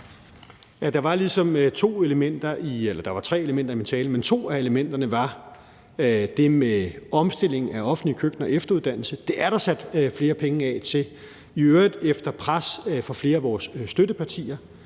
Der var tre elementer i min tale, men to af elementerne var det med omstilling af og efteruddannelse i offentlige køkkener; det er der sat flere penge af til, i øvrigt efter pres fra flere af vores støttepartier.